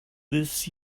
this